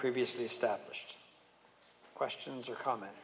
previously established questions or comment